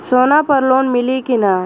सोना पर लोन मिली की ना?